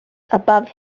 above